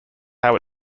how